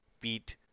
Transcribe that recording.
beat